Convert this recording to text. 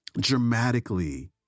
dramatically